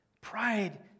Pride